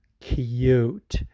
Cute